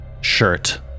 shirt